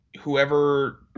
whoever